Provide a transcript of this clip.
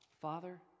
Father